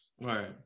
Right